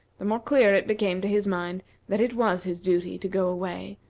the more clear it became to his mind that it was his duty to go away,